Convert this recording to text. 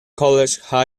college